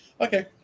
Okay